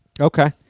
Okay